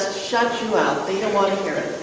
shut you out they don't want to hear it.